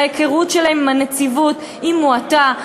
ההיכרות שלהם עם הנציבות היא מועטה,